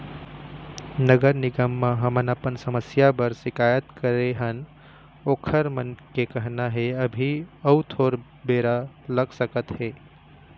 नगर निगम म हमन अपन समस्या बर सिकायत करे हन ओखर मन के कहना हे अभी अउ थोर बेरा लग सकत हे